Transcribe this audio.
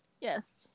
yes